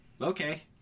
okay